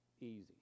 easy